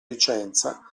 licenza